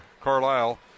Carlisle